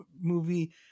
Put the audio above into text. movie